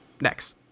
Next